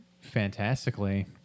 fantastically